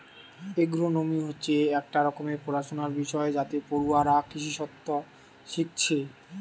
agronomy হচ্ছে একটা রকমের পড়াশুনার বিষয় যাতে পড়ুয়ারা কৃষিতত্ত্ব শিখছে